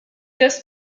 this